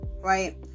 right